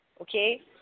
Okay